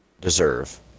deserve